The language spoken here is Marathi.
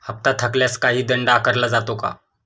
हप्ता थकल्यास काही दंड आकारला जातो का?